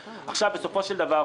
בסופו של דבר,